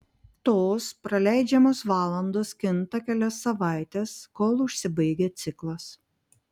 tos praleidžiamos valandos kinta kelias savaites kol užsibaigia ciklas